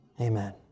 amen